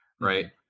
right